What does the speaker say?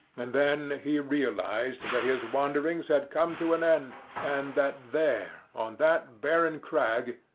and then he realised that his wanderings had come to an end, and that there, on that barren crag,